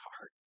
heart